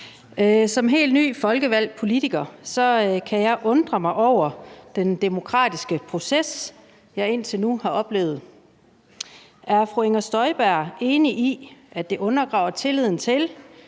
Som helt ny folkevalgt politiker kan jeg undre mig over den demokratiske proces, jeg indtil nu har oplevet. Er fru Inger Støjberg enig i, at det undergraver tilliden til,